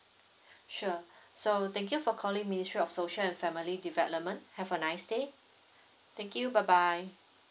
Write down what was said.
sure so thank you for calling ministry of social and family development have a nice day thank you bye bye